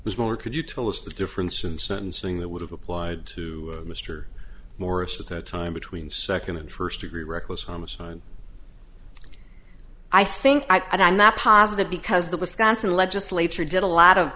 which more could you tell us the difference in sentencing that would have applied to mr morris at the time between second and first degree reckless homicide i think i'm not positive because the wisconsin legislature did a lot of